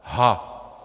Ha!